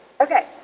Okay